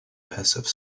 passive